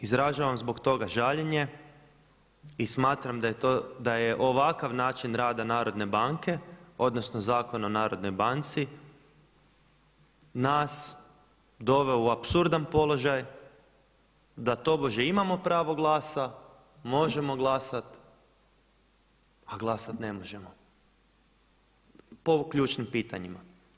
Izražavam zbog toga žaljenje i smatram da je ovakav način rada Narodne banke odnosno Zakon o Narodnoj banci nas doveo u apsurdan položaj da tobože imamo pravo glasa, možemo glasat a glasat ne možemo po ključnim pitanjima.